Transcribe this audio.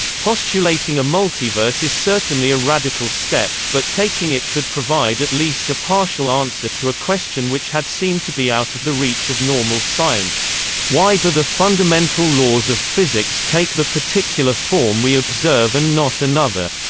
postulating a multiverse is certainly a radical step, but taking it could provide at least a partial answer to a question which had seemed to be out of the reach of normal science why do the fundamental laws of physics take the particular form we observe and not another?